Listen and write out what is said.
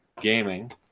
gaming